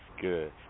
good